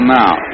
now